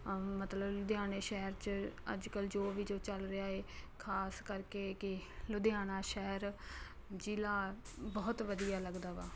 ਮਤਲਬ ਲੁਧਿਆਣੇ ਸ਼ਹਿਰ 'ਚ ਅੱਜ ਕੱਲ੍ਹ ਜੋ ਵੀ ਜੋ ਚੱਲ ਰਿਹਾ ਹੈ ਖ਼ਾਸ ਕਰਕੇ ਕਿ ਲੁਧਿਆਣਾ ਸ਼ਹਿਰ ਜ਼ਿਲ੍ਹਾ ਬਹੁਤ ਵਧੀਆ ਲੱਗਦਾ ਵਾ